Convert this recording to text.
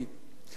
הפלסטינים,